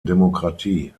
demokratie